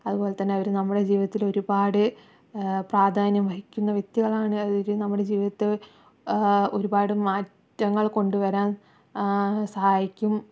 അതുപോലെതന്നെ അവര് നമ്മുടെ ജീവിതത്തിൽ ഒരുപാട് പ്രാധാന്യം വഹിക്കുന്ന വ്യക്തികളാണ് അവര് നമ്മുടെ ജീവിതത്തിൽ ഒരുപാട് മാറ്റങ്ങൾ കൊണ്ടുവരാൻ സഹായിക്കും